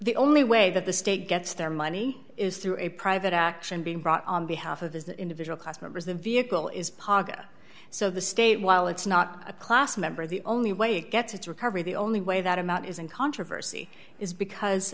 the only way that the state gets their money is through a private action being brought on behalf of the individual class members the vehicle is paga so the state while it's not a class member the only way it gets its recovery the only way that amount is in controversy is because